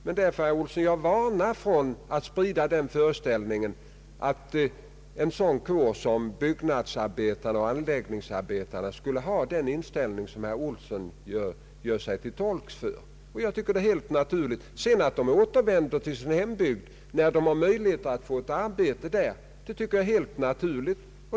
Men jag varnar herr Olsson för att sprida föreställningen att dessa kårer skulle ha den inställning som herr Olsson gör sig till toik för. Att de sedan återvänder till sin hembygd när de har möjligheter att få arbete där är helt naturligt.